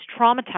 traumatized